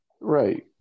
Right